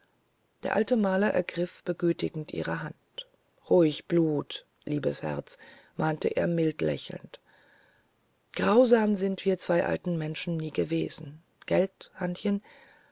der alte maler ergriff begütigend ihre hand ruhig blut liebes herz mahnte er mild lächelnd grausam sind wir zwei alten menschen nie gewesen